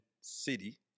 City